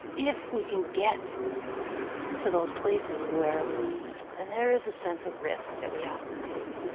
if we can get to those places where we and there's a sense of risk that we have to take,